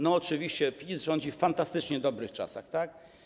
No oczywiście PiS rządzi w fantastycznie dobrych czasach, tak?